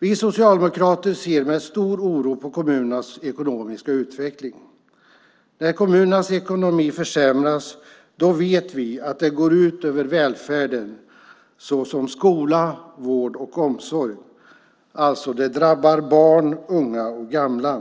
Vi socialdemokrater ser med stor oro på kommunernas ekonomiska utveckling. När kommunernas ekonomi försämras vet vi att det går ut över välfärden som skola, vård och omsorg. Det drabbar alltså barn, unga och gamla.